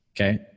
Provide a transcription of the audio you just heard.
okay